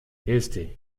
este